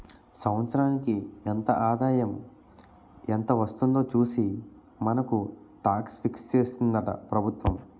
సంవత్సరానికి ఎంత ఆదాయం ఎంత వస్తుందో చూసి మనకు టాక్స్ ఫిక్స్ చేస్తుందట ప్రభుత్వం